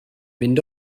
mynd